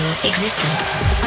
existence